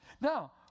Now